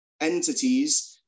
entities